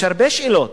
יש הרבה שאלות